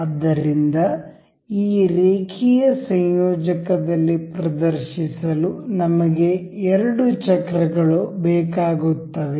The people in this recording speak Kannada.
ಆದ್ದರಿಂದ ಈ ರೇಖೀಯ ಸಂಯೋಜಕದಲ್ಲಿ ಪ್ರದರ್ಶಿಸಲು ನಮಗೆ ಎರಡು ಚಕ್ರಗಳು ಬೇಕಾಗುತ್ತವೆ